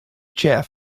chair